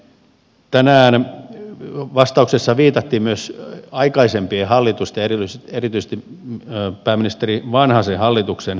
tänään vastauksessa viitattiin myös aikaisempien hallitusten ja erityisesti pääministeri vanhasen hallituksen ratkaisuihin